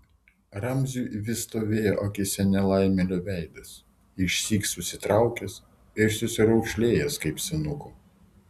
ramziui vis stovėjo akyse nelaimėlio veidas išsyk susitraukęs ir susiraukšlėjęs kaip senuko